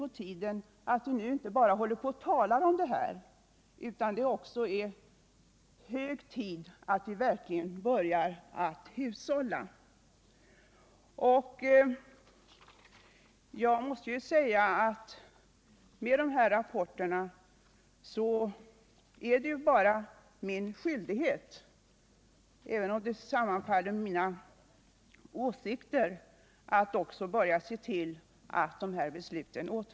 Det vore värdefullt om bostadsministern åtminstone ville ge svar på frågan om hon kommer att acceptera inbjudan från Sydvästra Skånes kommunalförbunds styrelse att delta i ett av dess kommande styrelsemöten, så att vi får tillfälle att fortsätta diskussionen där.